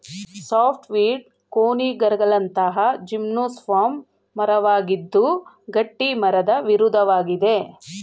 softwood ಕೋನಿಫರ್ಗಳಂತಹ gymnosperm ಮರವಾಗಿದ್ದು ಗಟ್ಟಿಮರದ ವಿರುದ್ಧವಾಗಿದೆ